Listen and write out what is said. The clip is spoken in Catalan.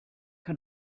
que